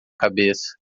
cabeça